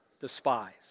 despise